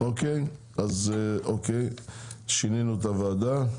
אוקיי, שינינו את הוועדה.